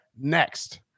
next